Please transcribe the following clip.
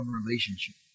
relationship